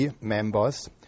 members